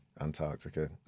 antarctica